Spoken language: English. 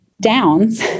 Downs